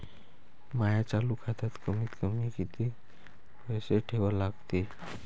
माया चालू खात्यात कमीत कमी किती पैसे ठेवा लागते?